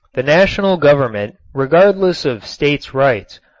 the national government, regardless of states' rights,